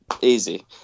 easy